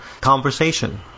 conversation